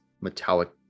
metallic